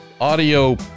audio